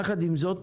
יחד עם זאת,